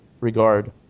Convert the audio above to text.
regard